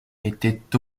était